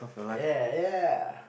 ya yeah